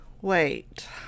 Wait